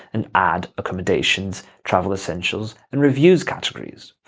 and add accommodations, travel essentials and reviews categories.